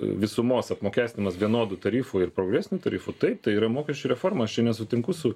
visumos apmokestinimas vienodu tarifu ir progresinių tarifų taip tai yra mokesčių reforma aš čia nesutinku su